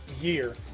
year